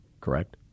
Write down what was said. Correct